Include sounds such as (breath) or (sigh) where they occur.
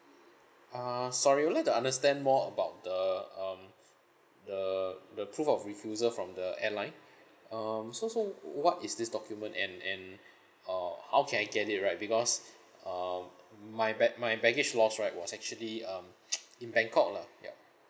uh sorry would like to understand more about the um (breath) the the proof of refusal from the airline (breath) um so so what is this document and and (breath) uh how can I get it right because (breath) um my bag~ my baggage loss right was actually um (breath) (noise) in bangkok lah ya